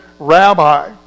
Rabbi